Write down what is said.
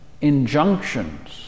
injunctions